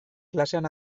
klasean